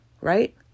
right